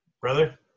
Brother